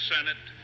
Senate